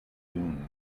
yun